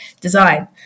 design